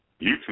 YouTube